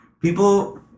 people